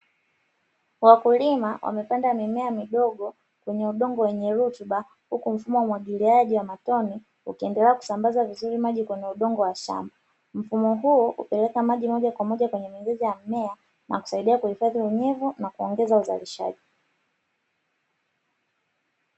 Wakulima wamepanda mimea midogo kwenye udongo wenye rutuba, huku mfumo wa umwagiliaji wa matone ukiendelea kusambaza vizuri maji kwenye udongo wa shamba; mfumo huu hupeleka maji moja kwa moja kwenye mizizi ya mimea na kusaidia kuhifadhi unyevu na kuongeza uzalishaji.